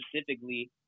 specifically